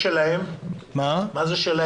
מה זה "שלהם"?